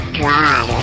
god